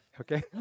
okay